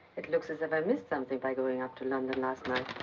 it looks as if i missed something by going up to london last night.